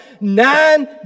nine